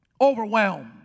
Overwhelmed